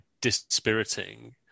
dispiriting